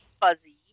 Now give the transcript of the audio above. fuzzy